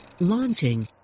Launching